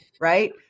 right